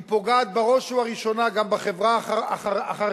היא פוגעת בראש ובראשונה גם בחברה החרדית.